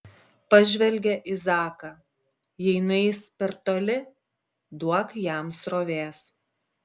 pažvelgė į zaką jei nueis per toli duok jam srovės